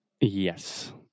Yes